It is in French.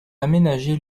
aménager